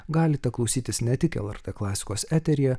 galite klausytis ne tik lrt klasikos eteryje